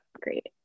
Great